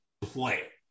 play